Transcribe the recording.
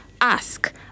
ask